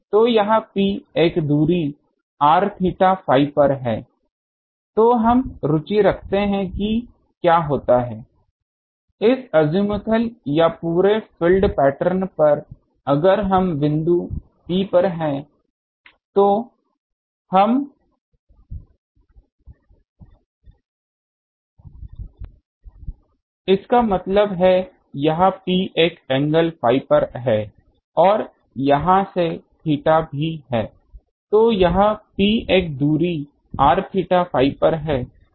तो यह P एक दूरी r थीटा Phi पर है